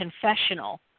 confessional